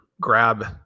grab